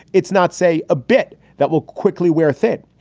it's not, say, a bit that will quickly wear thin.